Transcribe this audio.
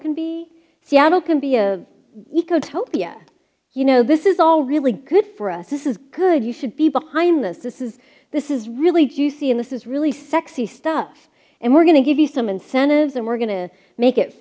can be seattle can be a week of hope yet you know this is all really good for us this is good you should be behind this this is this is really juicy in this is really sexy stuff and we're going to give you some incentives and we're going to make it